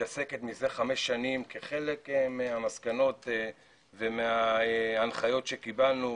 מתעסקת מזה כחמש שנים כחלק מהמסקנות וההנחיות שקיבלנו,